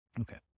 Okay